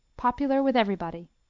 popular with everybody.